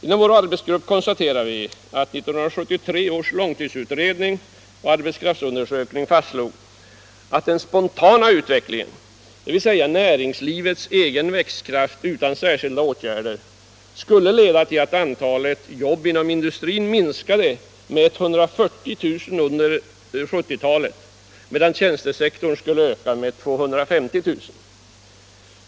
Inom vår arbetsgrupp konstaterade vi att 1973 års långtidsutredning och arbetskraftsundersökning fastslog att den spontana utvecklingen, dvs. näringslivets egen växtkraft utan särskilda åtgärder, skulle leda till att antalet jobb inom industrin minskade med 140 000 under 1970-talet, medan tjänstesektorn skulle öka med 250 000.